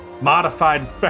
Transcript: modified